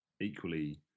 equally